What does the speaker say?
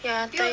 yeah 对